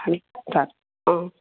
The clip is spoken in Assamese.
অঁ